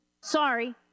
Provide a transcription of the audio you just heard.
sorry